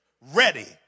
ready